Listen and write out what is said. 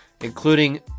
including